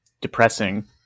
depressing